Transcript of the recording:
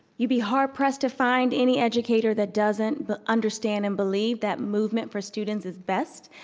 you'd be hard pressed to find any educator that doesn't but understand and believe that movement for students is best.